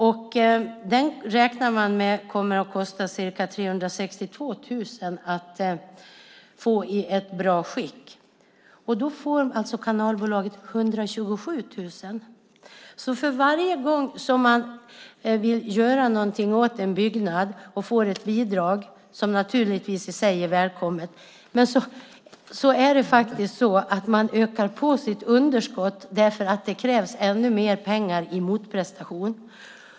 Man räknar med att det kommer att kosta ca 362 000 att få den i bra skick. Då får alltså Kanalbolaget 127 000. Varje gång man vill göra någonting åt en byggnad och får ett bidrag, som naturligtvis är välkommet, ökar man på underskottet eftersom det krävs ännu mer pengar som motprestation.